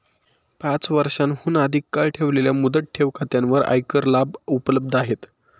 पाच वर्षांहून अधिक काळ ठेवलेल्या मुदत ठेव खात्यांवर आयकर लाभ उपलब्ध आहेत